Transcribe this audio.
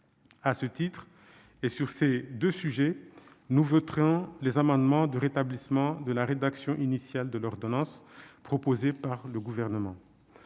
À ce titre, et sur ces deux sujets, nous voterons les amendements de rétablissement de la rédaction initiale de l'ordonnance proposés par le Gouvernement.